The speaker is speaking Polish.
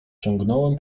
ciągnąłem